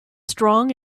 strong